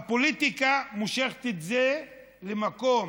הפוליטיקה מושכת את זה למקום